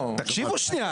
אני לא מבין, תקשיבו שנייה.